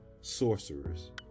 sorcerers